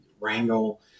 wrangle